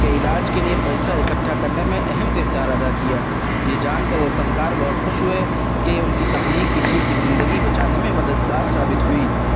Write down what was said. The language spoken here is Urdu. کے علاج کے لیے پیسہ اکٹھا کرنے میں اہم کردار ادا کیا یہ جان کر وہ فنکار بہت خوش ہوئے کہ ان کی تخلیق کسی کی زندگی بچانے میں مددگار ثابت ہوئی